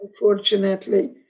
unfortunately